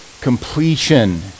completion